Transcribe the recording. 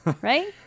right